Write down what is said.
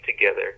together